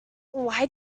why